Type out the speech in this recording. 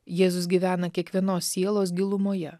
jėzus gyvena kiekvienos sielos gilumoje